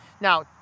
Now